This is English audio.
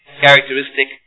characteristic